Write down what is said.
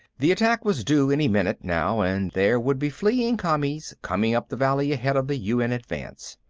the attack was due any minute, now, and there would be fleeing commies coming up the valley ahead, of the un advance.